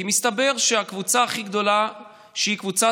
כי מסתבר שהקבוצה הכי גדולה שהיא קבוצת